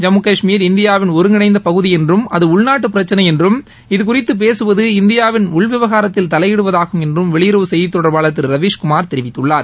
ஜம்மு கஷ்மீர் இந்தியாவின் ஒருங்கிணைந்த பகுதி என்றும் அது உள்நாட்டு பிரச்சினை என்றும் இது குறித்து பேசுவது இந்தியாவின் உள்விவகாரத்தில் தலையிடுவதாகும் என்றும் வெளியுறவு செய்தி தொடர்பாளர் திரு ரவிஸ்குமார் தெரிவித்துள்ளார்